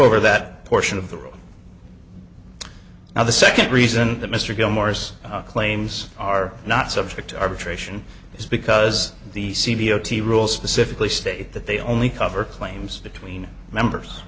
over that portion of the world now the second reason that mr gilmore's claims are not subject to arbitration is because the c b o t rules specifically state that they only cover claims between members